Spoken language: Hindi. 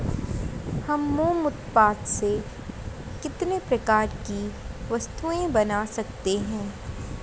हम मोम उत्पाद से कितने प्रकार की वस्तुएं बना सकते हैं?